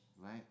Right